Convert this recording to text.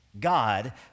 God